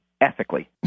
ethically